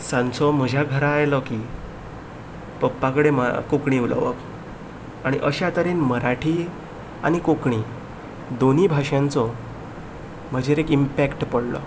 सांचो म्हज्या घरा आयलो की पप्पा कडे कोंकणी उलोवप आनी अशा तरेन मराठी आनी कोंकणी दोनी भाशांचो म्हजेर एक इम्पॅक्ट पडलो